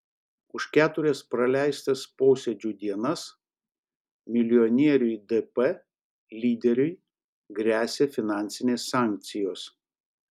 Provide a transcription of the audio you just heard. už keturias praleistas posėdžių dienas milijonieriui dp lyderiui gresia finansinės sankcijos